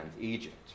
Egypt